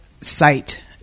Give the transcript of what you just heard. site